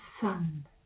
sun